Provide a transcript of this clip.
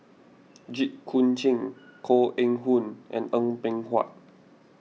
Jit Koon Ch'ng Koh Eng Hoon and Eng Png Huat